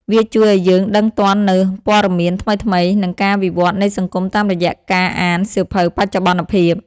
វាជួយឱ្យយើងដឹងទាន់នូវព័ត៌មានថ្មីៗ និងការវិវត្តនៃសង្គមតាមរយៈការអានសៀវភៅបច្ចុប្បន្នភាព។